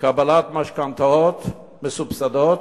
קבלת משכנתאות מסובסדות: